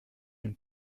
une